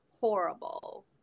horrible